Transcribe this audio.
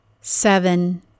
Seven